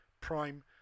Prime